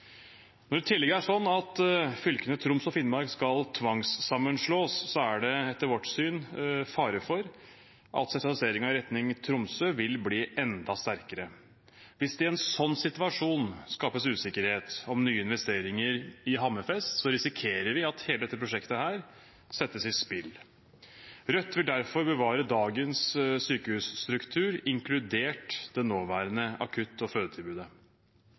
Når det i tillegg er slik at fylkene Troms og Finnmark skal tvangssammenslås, er det etter vårt syn fare for at sentraliseringen i retning Tromsø vil bli enda sterkere. Hvis det i en slik situasjon skapes usikkerhet om nye investeringer i Hammerfest, risikerer vi at hele dette prosjektet settes i spill. Rødt vil derfor bevare dagens sykehusstruktur, inkludert det nåværende akutt- og fødetilbudet.